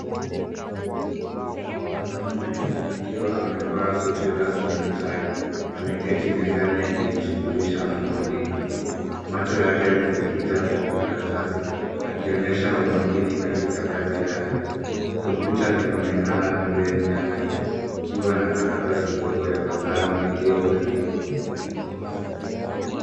Mwanaume akiwa amevaa suti rasmi na tai ameketi mezani akijishughulisha na kuandika. Macho yake yamejikita kwenye karatasi, akionyesha umakini katika kazi yake. Kompyuta inaonekana pembeni yake ikiwa na karatasi ndogo ya manjano iliyobandikwa.